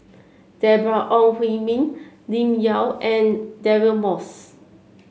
Deborah Ong Hui Min Lim Yau and Deirdre Moss